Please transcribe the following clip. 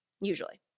usually